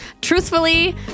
Truthfully